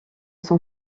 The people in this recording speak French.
son